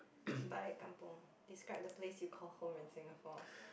Balik kampung describe the place you call home in Singapore